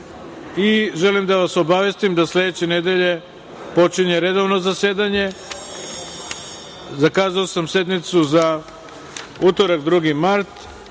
i želim da vas obavestim da sledeće nedelje počinje redovno zasedanje. Zakazao sam sednicu za utorak, 2. mart,